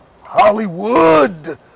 Hollywood